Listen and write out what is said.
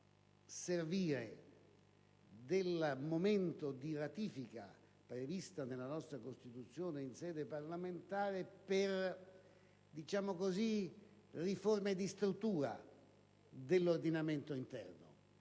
servire del momento di ratifica previsto nella nostra Costituzione in sede parlamentare per procedere a riforme di struttura dell'ordinamento interno.